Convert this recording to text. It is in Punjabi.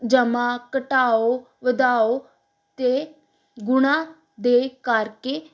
ਜਮਾ ਘਟਾਓ ਵਧਾਓ ਅਤੇ ਗੁਣਾ ਦੇ ਕਰਕੇ